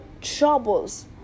troubles